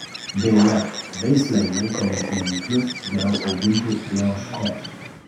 beje veislei laikomus jauniklius geriau auginti prie ožkos